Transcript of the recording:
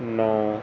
ਨੌਂ